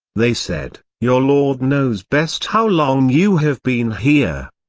they said, your lord knows best how long you have been here.